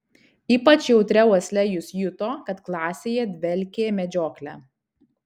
ypač jautria uosle jis juto kad klasėje dvelkė medžiokle